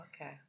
Okay